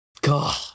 God